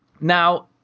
Now